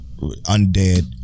undead